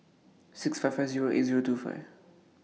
six five five Zero eight Zero two five